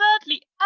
thirdly